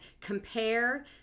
compare